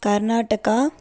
Karnataka